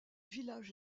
village